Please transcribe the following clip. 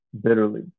bitterly